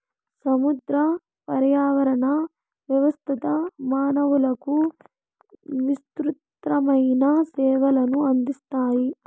సముద్ర పర్యావరణ వ్యవస్థ మానవులకు విసృతమైన సేవలను అందిస్తాయి